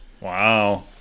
Wow